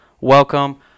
welcome